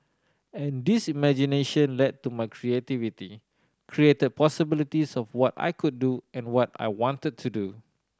and this imagination led to my creativity created possibilities of what I could do and what I wanted to do